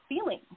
feeling